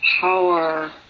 power